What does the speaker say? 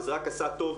וזה רק עשה טוב,